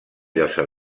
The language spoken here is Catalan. llosa